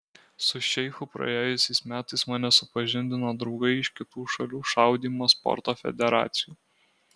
su šeichu praėjusiais metais mane supažindino draugai iš kitų šalių šaudymo sporto federacijų